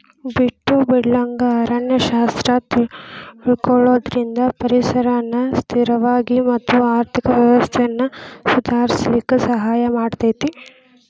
ಬಿಟ್ಟು ಬಿಡಲಂಗ ಅರಣ್ಯ ಶಾಸ್ತ್ರ ತಿಳಕೊಳುದ್ರಿಂದ ಪರಿಸರನ ಸ್ಥಿರವಾಗಿ ಮತ್ತ ಆರ್ಥಿಕ ವ್ಯವಸ್ಥೆನ ಸುಧಾರಿಸಲಿಕ ಸಹಾಯ ಮಾಡತೇತಿ